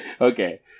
Okay